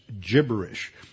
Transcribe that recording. gibberish